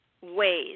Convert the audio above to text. ways